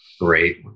great